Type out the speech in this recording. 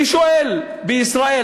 אני שואל: בישראל,